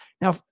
Now